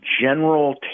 general